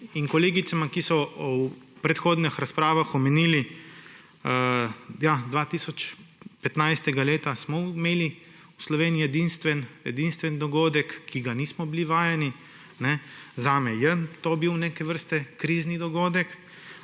kolegicama, ki so v predhodnih razpravah omenili, da 2015. leta smo imeli v Sloveniji edinstven dogodek, ki ga nismo bili vajeni, zame je to bil neke vrste krizni dogodek,